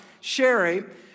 Sherry